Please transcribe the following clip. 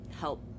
help